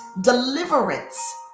deliverance